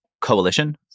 coalition